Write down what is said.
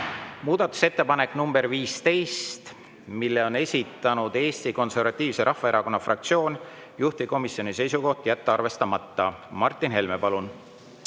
Muudatusettepanek nr 15, mille on esitanud Eesti Konservatiivse Rahvaerakonna fraktsioon, juhtivkomisjoni seisukoht: jätta arvestamata. Martin Helme, palun!